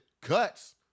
cuts